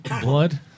blood